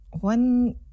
one